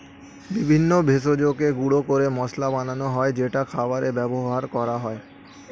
বিভিন্ন ভেষজকে গুঁড়ো করে মশলা বানানো হয় যেটা খাবারে ব্যবহার করা হয়